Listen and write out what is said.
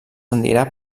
tendirà